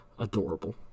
Adorable